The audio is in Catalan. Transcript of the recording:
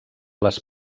les